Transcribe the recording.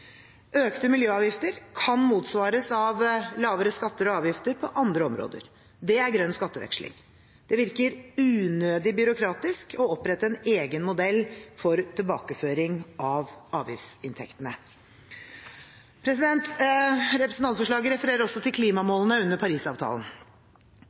Økte miljøavgifter kan motsvares av lavere skatter og avgifter på andre områder. Det er grønn skatteveksling. Det virker unødig byråkratisk å opprette en egen modell for tilbakeføring av avgiftsinntektene. Representantforslaget refererer også til